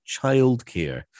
childcare